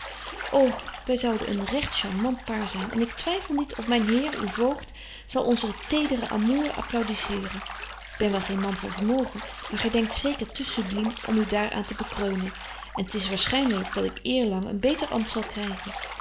ô wy zouden een recht charmant paar zyn en ik twyffel niet of myn heer uw voogd zal onze tedere amour applaudiseeren ik ben wel geen man van vermogen maar gy denkt zeker te subliem om u daar aan te bekreunen en t is waarschynelyk dat ik eerlang een beter ampt zal krygen